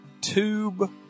tube